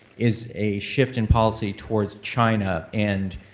is a shift in policy towards china. and